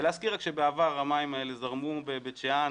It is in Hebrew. להזכיר שבעבר המים האלה זרמו בבית שאן